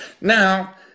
Now